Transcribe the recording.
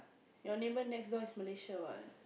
your neighbour next door is Malaysia what